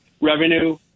revenue